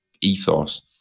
ethos